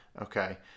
okay